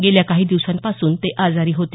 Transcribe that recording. गेल्या काही दिवसांपासून ते आजारी होते